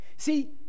See